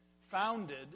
founded